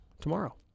tomorrow